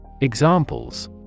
Examples